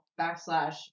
backslash